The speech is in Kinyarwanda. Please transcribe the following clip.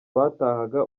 batahaga